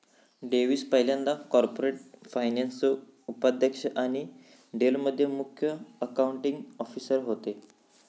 Davis पयल्यांदा corporate फायनान्सचो उपाध्यक्ष आणि डेल मध्ये मुख्य अकाउंटींग ऑफिसर होते